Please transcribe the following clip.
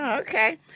okay